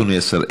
אדוני השר,